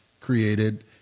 created